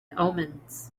omens